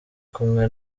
kumwe